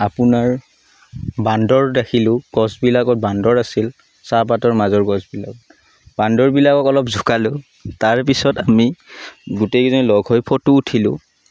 আপোনাৰ বান্দৰ দেখিলোঁ গছবিলাকত বান্দৰ আছিল চাহপাতৰ মাজৰ গছবিলাকত বান্দৰবিলাকক অলপ জোকালোঁ তাৰ পিছত আমি গোটেইকেইজনে লগ হৈ ফটো উঠিলোঁ